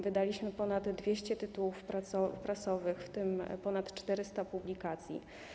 Wydaliśmy ponad 200 tytułów prasowych, w tym ponad 400 publikacji.